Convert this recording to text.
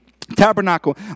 tabernacle